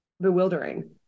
bewildering